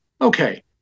okay